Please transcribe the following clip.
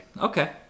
Okay